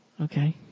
Okay